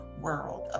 world